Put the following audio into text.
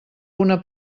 una